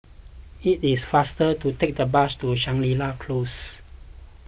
it is faster to take the bus to Shangri La Close